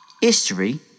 History